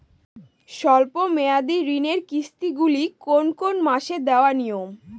স্বল্প মেয়াদি ঋণের কিস্তি গুলি কোন কোন মাসে দেওয়া নিয়ম?